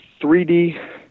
3D